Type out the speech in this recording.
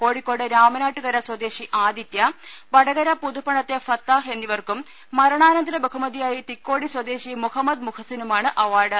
കോഴിക്കോട് രാമനാട്ടുകര സ്വദേശി ആദിത്യ വടകര പുതുപ്പണത്തെ ഫത്താഹ് എന്നിവർക്കും മരണാനന്തര ബഹുമതിയായി തിക്കോടി സ്വദേശി മുഹമ്മദ് മുഹ്സിനുമാണ് അവാർഡ്